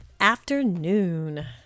afternoon